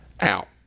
out